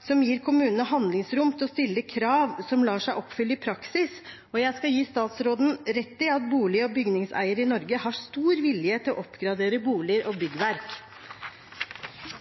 som gir kommunene handlingsrom til å stille krav som lar seg oppfylle i praksis, og jeg skal gi statsråden rett i at bolig- og bygningseiere i Norge har stor vilje til å oppgradere boliger og byggverk.